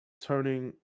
turning